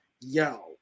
Yo